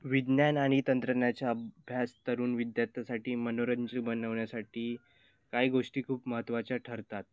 विज्ञान आणि तंत्रज्ञाचा अभ्यास तरुण विद्यार्थ्यासाठी मनोरंजक बनवण्यासाठी काही गोष्टी खूप महत्त्वाच्या ठरतात